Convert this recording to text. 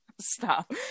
stop